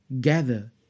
gather